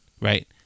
right